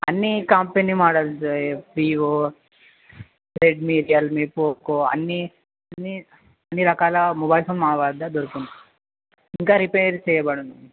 అన్ని company models Vivo Redmi Realme Poco అన్ని అన్ని అన్ని రకాల మొబైల్స్ మా వద్ద దొరుకును ఇంకా రిపేర్ చేయబడును